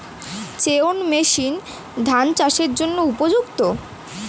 Chain machine ধান চাষের ক্ষেত্রে উপযুক্ত?